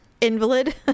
Invalid